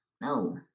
no